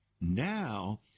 Now